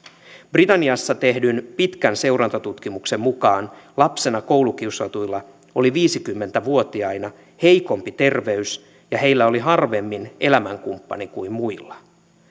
britanniassa tehdyn pitkän seurantatutkimuksen mukaan lapsena koulukiusatuilla oli viisikymmentä vuotiaina heikompi terveys ja heillä oli harvemmin elämänkumppani kuin muilla